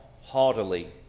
haughtily